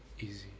easy